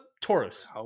Taurus